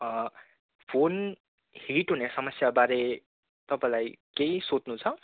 phone heat हुने समस्याबारे तपाईँलाई केही सोध्नु छ